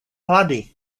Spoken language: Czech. hlady